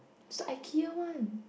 is the Ikea one